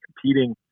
competing